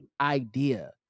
idea